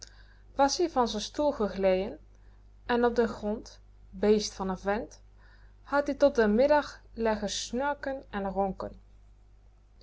was-ie van z'n stoel geglejen en op den grond beest van n vent had-ie tot den middag leggen snurken en ronken